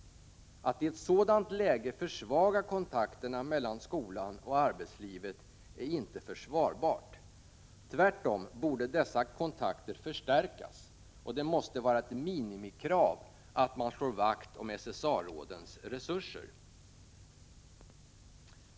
Att i ett sådant läge försvaga kontakterna mellan skolan och arbetslivet är inte försvarbart. Tvärtom borde dessa kontakter förstärkas, och det måste vara ett minimikrav att man slår vakt om SSA-rådens resurser.